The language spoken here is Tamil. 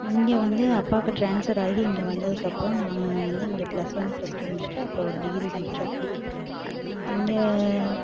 இங்கே வந்து அப்பாக்கு ட்ரான்ஸ்ஃபர் ஆகி இங்கே வந்ததுக்குப்பறோம் நான் வந்து இங்க ப்ளஸ்ஒன் ப்ளஸ்டூ முடிச்சுட்டு அப்புறம் ஒரு டிகிரி முடித்தோம் இங்கே